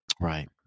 Right